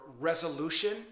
resolution